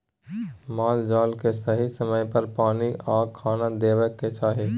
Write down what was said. माल जाल केँ सही समय पर पानि आ खाना देबाक चाही